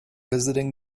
visiting